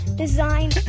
Design